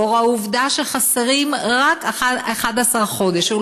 לאור העובדה שחסרים רק 11 חודשים,